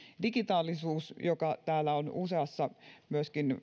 digitaalisuus joka täällä on myöskin